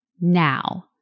now